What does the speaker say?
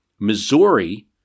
Missouri